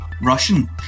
Russian